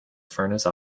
furnace